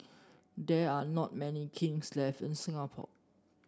there are not many kilns left in Singapore